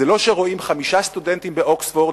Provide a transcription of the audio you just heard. זה לא שרואים חמישה סטודנטים באוקספורד